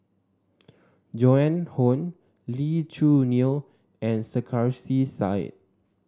Joan Hon Lee Choo Neo and Sarkasi Said